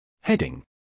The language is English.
Heading